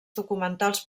documentals